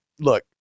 look